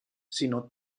sino